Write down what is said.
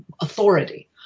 authority